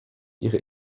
ihre